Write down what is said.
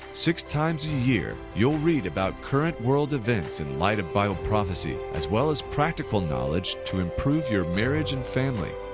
six times a year you'll read about current world events in light of bible prophecy as well as practical knowledge to improve your marriage and family.